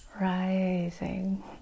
Rising